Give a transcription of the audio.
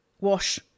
wash